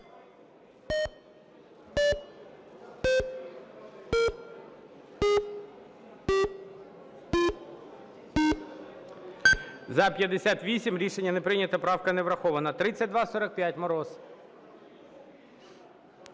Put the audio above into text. За-58 Рішення не прийнято. Правка не врахована. 3245, Мороз.